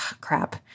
crap